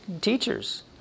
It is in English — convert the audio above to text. teachers